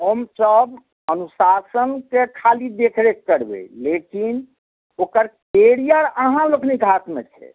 हमसभ अनुशासनसँ खाली देखरेख करबै लेकिन ओकर कैरियर अहाँ लोकनिक हाथमे छै